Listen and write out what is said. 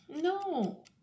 no